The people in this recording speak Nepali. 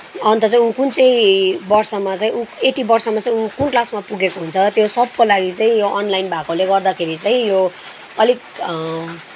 अन्त चाहिँ ऊ कुन चाहिँ वर्षमा चाहिँ ऊ यति वर्षमा चाहिँ ऊ कुन क्लासमा पुगेको हुन्छ त्यो सबको लागि चाहिँ यो अनलाइन भएकोले गर्दाखेरि चाहिँ यो अलिक